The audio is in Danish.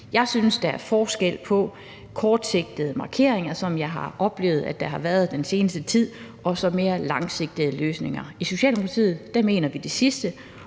Jeg synes, der er forskel på kortsigtede markeringer, som jeg oplever der har været den seneste tid, og så mere langsigtede løsninger. I Socialdemokratiet vil vi det sidste,